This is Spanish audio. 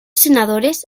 senadores